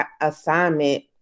assignment